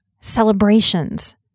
celebrations